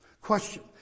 Question